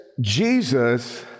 Jesus